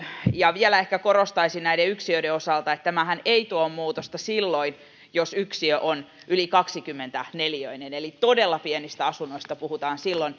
ja vielä ehkä korostaisin näiden yksiöiden osalta että tämähän ei tuo muutosta silloin jos yksiö on yli kaksikymmentä neliöinen eli puhutaan silloin todella pienistä asunnoista